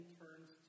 turns